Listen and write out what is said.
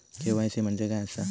KYC म्हणजे काय आसा?